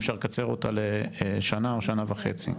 אפשר לקצר אותה לשנה או שנה וחצי.